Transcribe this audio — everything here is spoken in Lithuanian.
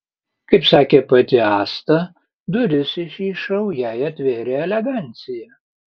kaip sakė pati asta duris į šį šou jai atvėrė elegancija